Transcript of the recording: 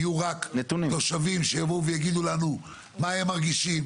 יהיו רק תושבים שיבואו ויגידו לנו מה הם מרגישים.